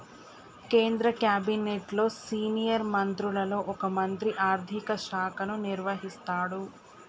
కేంద్ర క్యాబినెట్లో సీనియర్ మంత్రులలో ఒక మంత్రి ఆర్థిక శాఖను నిర్వహిస్తాడు